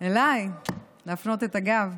לי להפנות את הגב.